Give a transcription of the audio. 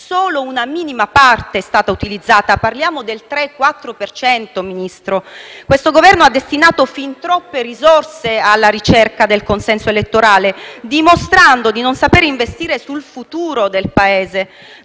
solo una minima parte è stata utilizzata (parliamo del 3-4 per cento). Questo Governo ha destinato fin troppe risorse alla ricerca del consenso elettorale, dimostrando di non saper investire nel futuro del Paese.